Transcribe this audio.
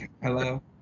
Hello